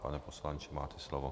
Pane poslanče, máte slovo.